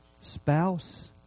spouse